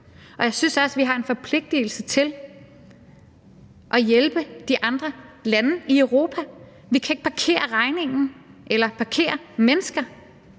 og jeg synes også, at vi har en forpligtelse til at hjælpe de andre lande i Europa. Vi kan ikke parkere regningen eller parkere mennesker,